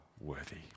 worthy